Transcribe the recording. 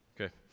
Okay